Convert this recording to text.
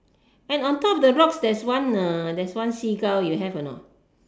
and on top the rocks there's one uh there's one seagull you have or not